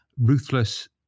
ruthless